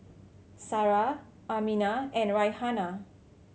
Sarah Aminah and Raihana